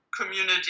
community